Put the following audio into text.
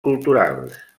culturals